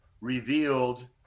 revealed